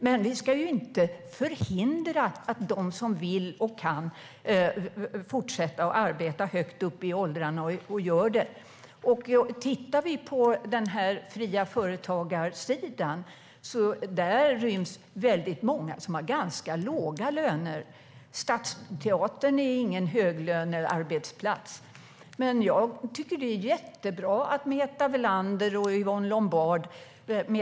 Men vi ska ju inte hindra dem som vill och kan att fortsätta att arbeta högt upp i åldrarna. Inom den fria företagarsidan ryms väldigt många som har ganska låga löner. Stadsteatern är ingen höglönearbetsplats. Men det är jättebra att Meta Velander och Yvonne Lombard fortsätter att jobba.